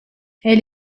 elle